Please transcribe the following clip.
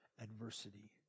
adversity